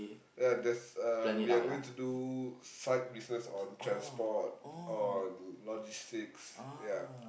ya there's uh we are going to do side business on transport on logistics ya